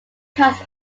cast